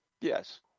Yes